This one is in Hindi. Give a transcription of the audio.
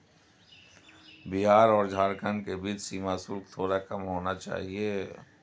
बिहार और झारखंड के बीच सीमा शुल्क थोड़ा कम होना चाहिए